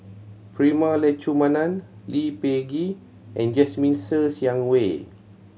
Prema Letchumanan Lee Peh Gee and Jasmine Ser Xiang Wei